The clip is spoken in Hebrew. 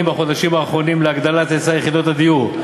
בחודשים האחרונים להגדלת היצע יחידות הדיור.